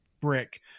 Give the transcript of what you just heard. brick